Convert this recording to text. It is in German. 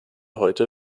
heute